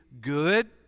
good